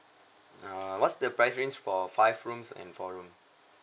uh what's the price range for five rooms and four room